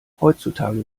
heutzutage